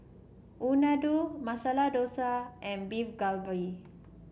Unadon Masala Dosa and Beef Galbi